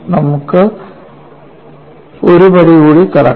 നമ്മൾക്ക് ഒരു പടി കൂടി കടക്കാം